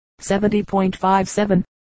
70.57